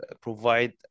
provide